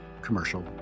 commercial